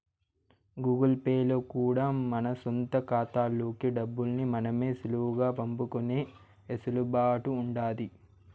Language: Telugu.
గూగుల్ పే లో కూడా మన సొంత కాతాల్లోకి డబ్బుల్ని మనమే సులువుగా పంపుకునే ఎసులుబాటు ఉండాది